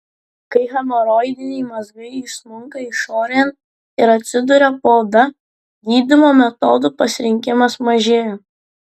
kai hemoroidiniai mazgai išsmunka išorėn ir atsiduria po oda gydymo metodų pasirinkimas mažėja